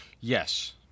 Yes